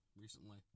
recently